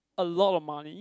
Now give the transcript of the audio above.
a lot of money